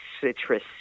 citrus